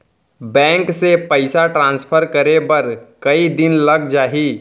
Bank से पइसा transfer करे बर कई दिन लग जाही?